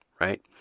right